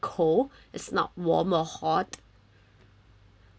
cold is not warm or hot